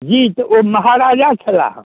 जी तऽ ओ महाराजा छ्लाह हेँ